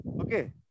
Okay